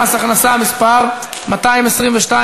חברים, אתם צודקים,